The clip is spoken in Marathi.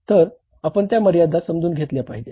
तर आपण त्या मर्यादा समजून घेतल्या पाहिजेत